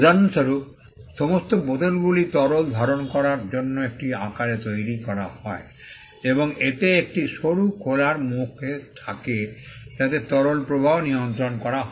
উদাহরণস্বরূপ সমস্ত বোতলগুলি তরল ধারণ করার জন্য একটি আকারে তৈরি করা হয় এবং এতে একটি সরু খোলার থাকে যাতে তরল প্রবাহ নিয়ন্ত্রণ করা হয়